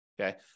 okay